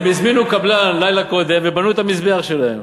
הם הזמינו קבלן לילה קודם ובנו את המזבח שלהם,